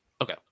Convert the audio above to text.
Okay